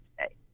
today